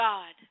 God